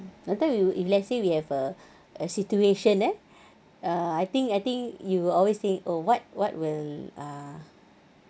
that time you if let's say we have a a situation eh uh I think I think you will always say oh what what will uh